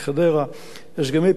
הסכמי פסגה ניידת, לא קראתי.